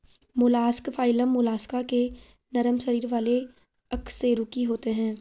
mollusc phylum Mollusca के नरम शरीर वाले अकशेरुकी होते हैं